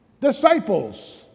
disciples